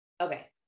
Okay